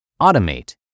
Automate